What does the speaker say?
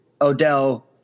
Odell